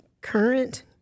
Current